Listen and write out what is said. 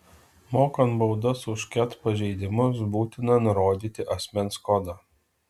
mokant baudas už ket pažeidimus būtina nurodyti asmens kodą